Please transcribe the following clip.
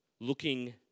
looking